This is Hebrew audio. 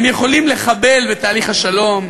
הם יכולים לחבל בתהליך השלום.